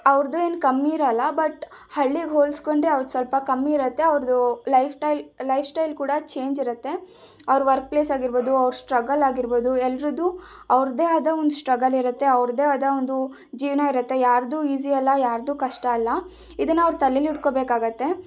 ಅವ್ರದ್ದೂ ಏನು ಕಮ್ಮಿಇರಲ್ಲ ಬಟ್ ಹಳ್ಳಿಗೆ ಹೋಲ್ಸ್ಕೊಂಡ್ರೆ ಅವ್ರದ್ದು ಸ್ವಲ್ಪ ಕಮ್ಮಿ ಇರುತ್ತೆ ಅವರದು ಲೈಫ್ ಟೈಲ್ ಲೈಫ್ಶ್ಟೈಲ್ ಕೂಡ ಚೇಂಜ್ ಇರುತ್ತೆ ಅವರ ವರ್ಕ್ ಪ್ಲೇಸ್ ಆಗಿರ್ಬೋದು ಅವರ ಸ್ಟ್ರಗಲ್ ಆಗಿರ್ಬೋದು ಎಲ್ಲರದೂ ಅವ್ರದೇ ಆದ ಒಂದು ಸ್ಟ್ರಗಲ್ ಇರುತ್ತೆ ಅವ್ರದೇ ಆದ ಒಂದು ಜೀವನ ಇರುತ್ತೆ ಯಾರದೂ ಈಸಿ ಅಲ್ಲ ಯಾರದೂ ಕಷ್ಟ ಅಲ್ಲ ಇದನ್ನು ಅವರು ತಲೇಲಿ ಇಟ್ಕೋಬೇಕಾಗುತ್ತೆ